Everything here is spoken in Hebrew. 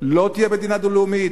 תהיה מדינה דו-לאומית.